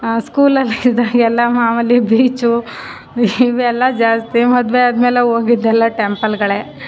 ಸ್ಕೂಲಲ್ಲಿ ಇದ್ದಾಗೆಲ್ಲ ಮಾಮೂಲಿ ಬೀಚು ಇವೆಲ್ಲ ಜಾಸ್ತಿ ಮದುವೆ ಆದಮೇಲೆ ಹೋಗಿದ್ದೆಲ್ಲ ಟೆಂಪಲ್ಲುಗಳೇ